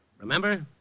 Remember